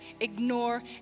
ignore